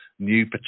new